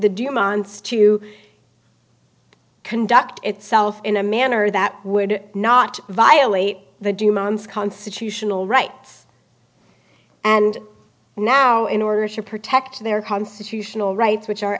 demands to conduct itself in a manner that would not violate the demands constitutional rights and now in order to protect their constitutional rights which are